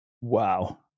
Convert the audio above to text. Wow